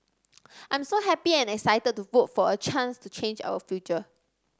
I'm so happy and excited to vote for a chance to change our future